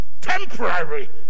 temporary